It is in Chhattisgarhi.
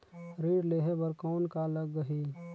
ऋण लेहे बर कौन का लगही?